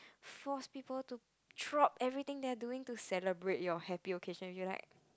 force people to drop everything they are doing to celebrate your happy occasion which is like